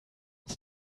uns